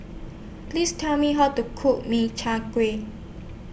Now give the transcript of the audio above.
Please Tell Me How to Cook Min Chiang Kueh